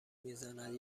میزند